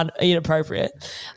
inappropriate